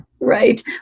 right